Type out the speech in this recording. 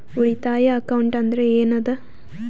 ಉಳಿತಾಯ ಅಕೌಂಟ್ ಅಂದ್ರೆ ಏನ್ ಅದ?